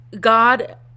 God